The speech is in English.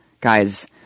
guys